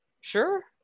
sure